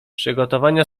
przygotowania